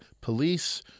police